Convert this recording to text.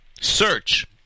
search